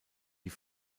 die